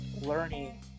learning